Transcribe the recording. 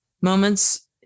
moments